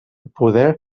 poder